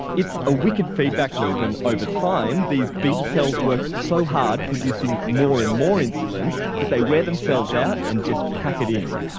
it's a wicked feedback loop and, over time, these beta cells work so hard producing more and more insulin that they wear themselves out and just pack it in.